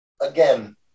Again